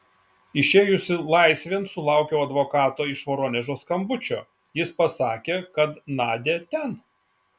išėjusi laisvėn sulaukiau advokato iš voronežo skambučio jis pasakė kad nadia ten